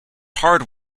hard